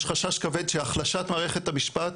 יש חשש כבד שהחלשת מערכת המשפט,